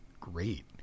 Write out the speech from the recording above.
great